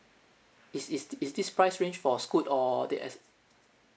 is is this is this price range for scoot or the S